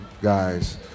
guys